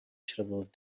shriveled